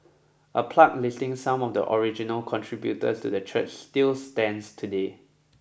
a plaque listing some of the original contributors to the church still stands today